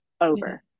over